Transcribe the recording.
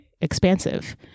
expansive